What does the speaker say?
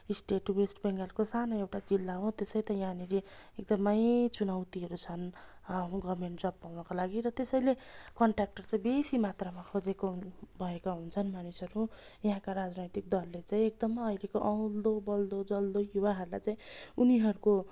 state west बेङ्गलको सानो एउटा जिल्ला हो त्यसै त यहाँनेरि एकदम चुनौतीहरू छन् गभर्मेन्ट जब पाउनको लागि र त्यसैले कन्ट्र्याक्टर चाहिँ बेसी मात्रमा खोजेको भएका हुन्छन् मानिसहरू यहाँका राजनैतिक दलले चै एकदम अहिलेको अल्दो बल्दो जल्दो युवाहरूलाई चाहिँ उनीहरूको